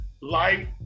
Light